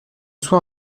soit